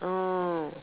oh